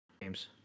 games